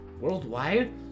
Worldwide